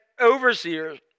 overseers